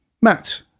Matt